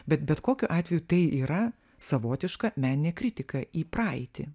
bet bet kokiu atveju tai yra savotiška meninė kritika į praeitį